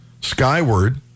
skyward